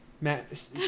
Matt